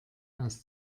aus